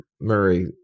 Murray